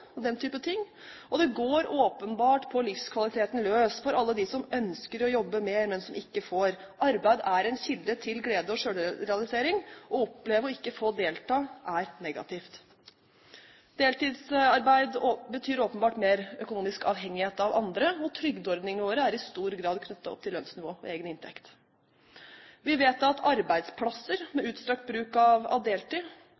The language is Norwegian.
og den type ting, og det går åpenbart på livskvaliteten løs for alle dem som ønsker å jobbe mer, men som ikke får. Arbeid er en kilde til glede og selvrealisering. Å oppleve å ikke få delta er negativt. Deltidsarbeid betyr åpenbart mer økonomisk avhengighet av andre, og trygdeordningene våre er i stor grad knyttet opp til lønnsnivå og egen inntekt. Vi vet at arbeidsplasser